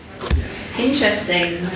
Interesting